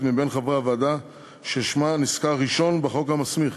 מבין חברי הוועדה ששמה נזכר ראשון בחוק המסמיך,